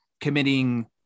committing